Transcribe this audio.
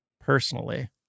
personally